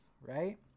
right